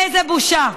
איזו בושה.